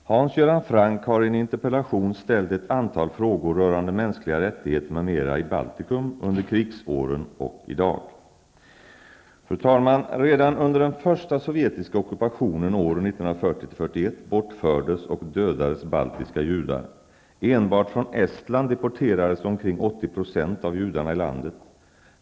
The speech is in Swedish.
Fru talman! Hans Göran Franck har i en interpellation ställt ett antal frågor rörande mänskliga rättigheter m.m. i Baltikum under krigsåren och i dag. Fru talman! Redan under den första sovjetiska ockupationen åren 1940--1941 bortfördes och dödades baltiska judar. Enbart från Estland deporterades omkring 80 % av judarna i landet.